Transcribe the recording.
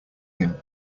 him